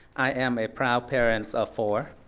i am a proud parents of four,